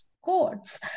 courts